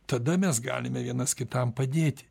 tada mes galime vienas kitam padėti